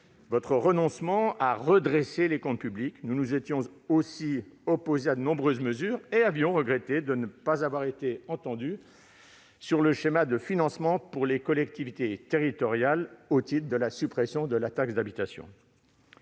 votre renoncement à redresser les comptes publics ; nous nous étions aussi opposés à de nombreuses mesures et avions regretté de n'avoir pas été entendus sur le schéma de financement des collectivités territoriales au titre de la suppression de la taxe d'habitation.